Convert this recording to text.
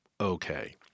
okay